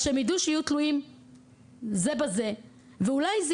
אז שהם ידעו שיהיו תלויים זה בזה ואולי זה